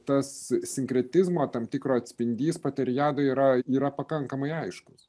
tas sinkretizmo tam tikro atspindys poteriadoj yra yra pakankamai aiškus